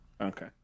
Okay